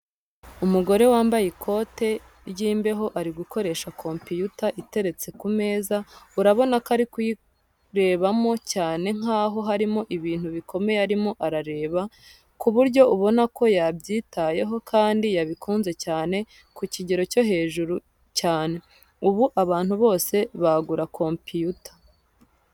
Umugore wambaye ikote ry'imbeho ari gukoresha kompiyuta iteretse ku meza, urabona ko ari kuyirebamo cyane nkaho harimo ibintu bikomeye arimo arareba, ku buryo ubona ko yabyitayeho kandi yabikunze cyane ku kigero cyo hejuru cyane. Ubu abantu bose bagura kompiyuta.